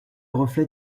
reflet